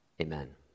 amen